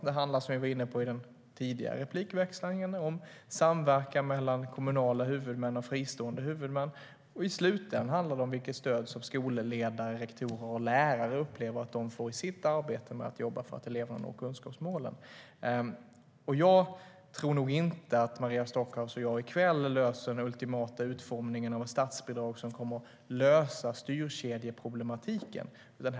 Det handlar, som jag var inne på i mitt tidigare inlägg, om samverkan mellan kommunala huvudmän och fristående huvudmän. Och i slutändan handlar det om vilket stöd rektorer och lärare upplever att de får i sitt arbete för att eleverna ska nå kunskapsmålen. Jag tror nog inte att Maria Stockhaus och jag i kväll hittar den ultimata utformningen av ett statsbidrag som kommer att lösa styrkedjeproblematiken.